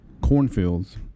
cornfields